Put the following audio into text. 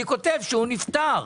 אני כותב שהוא נפטר.